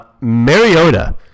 Mariota